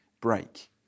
break